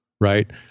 right